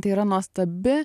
tai yra nuostabi